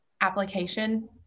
application